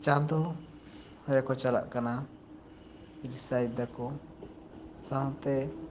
ᱪᱟᱸᱫᱚ ᱨᱮᱠᱚ ᱪᱟᱞᱟᱜ ᱠᱟᱱᱟ ᱨᱤᱥᱟᱨᱪ ᱫᱟᱠᱚ ᱥᱟᱶᱛᱮ